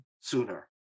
sooner